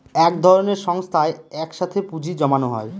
এক ধরনের সংস্থায় এক সাথে পুঁজি জমানো হয়